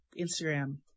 Instagram